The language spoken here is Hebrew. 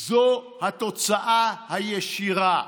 זו התוצאה הישירה,